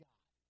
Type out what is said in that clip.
God